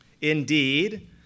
Indeed